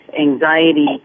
anxiety